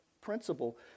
principle